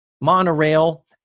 monorail